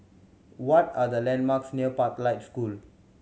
what are the landmarks near Pathlight School